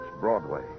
Broadway